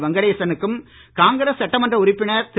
வெங்கடேசனுக்கும் காங்கிரஸ் சட்டமன்ற உறுப்பினர் திரு